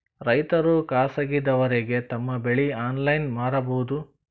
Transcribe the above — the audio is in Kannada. ರೈತರು ಖಾಸಗಿದವರಗೆ ತಮ್ಮ ಬೆಳಿ ಆನ್ಲೈನ್ ಮಾರಬಹುದು?